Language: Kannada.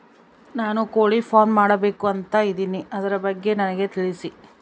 ನಾನು ಕೋಳಿ ಫಾರಂ ಮಾಡಬೇಕು ಅಂತ ಇದಿನಿ ಅದರ ಬಗ್ಗೆ ನನಗೆ ತಿಳಿಸಿ?